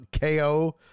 KO